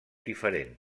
diferent